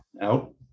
out